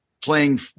playing